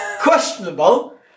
Questionable